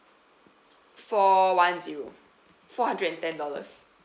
four one zero four hundred and ten dollars